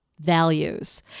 values